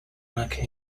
anarchy